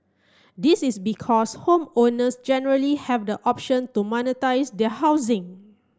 this is because homeowners generally have the option to monetise their housing